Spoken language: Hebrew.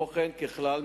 2. ככלל,